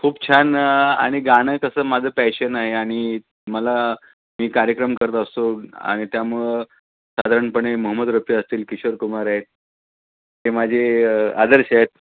खूप छान आणि गाणं कसं माझं पॅशन आहे आणि मला मी कार्यक्रम करत असतो आणि त्यामुळे साधारणपणे मोहोम्मद रफी असतील किशोर कुमार आहे ते माझे आदर्श आहेत